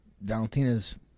valentina's